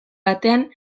batean